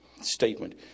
statement